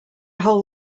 whole